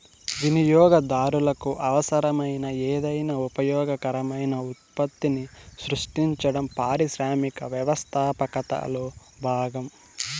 వినియోగదారులకు అవసరమైన ఏదైనా ఉపయోగకరమైన ఉత్పత్తిని సృష్టించడం పారిశ్రామిక వ్యవస్థాపకతలో భాగం